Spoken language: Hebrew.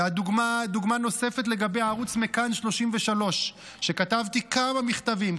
ודוגמה נוספת לגבי ערוץ מכאן 33. כתבתי כמה מכתבים,